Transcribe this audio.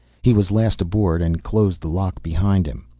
he was last aboard and closed the lock behind him.